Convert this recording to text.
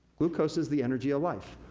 glucose is the energy of life.